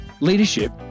Leadership